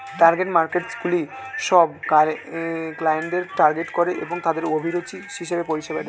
target মার্কেটসগুলি সব ক্লায়েন্টদের টার্গেট করে এবং তাদের অভিরুচি হিসেবে পরিষেবা দেয়